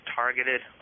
targeted